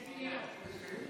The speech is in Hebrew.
יש מניין.